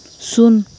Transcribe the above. ᱥᱩᱱ